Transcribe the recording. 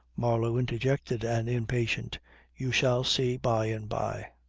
marlow interjected an impatient you shall see by and by.